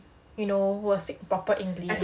you know will speak proper english